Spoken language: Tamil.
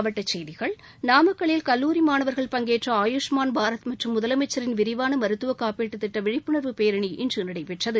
மாவட்டசெய்திகள் நாமக்கல்லில் கல்லூரி மாணவர்கள் பங்கேற்ற ஆயுஷ்மான் பாரத் மற்றும் முதலமைச்சரின் விரிவானமருத்துவக் காப்பீட்டுத் திட்டவிழிப்புணர்வு பேரணி இன்றுநடைபெற்றது